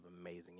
amazing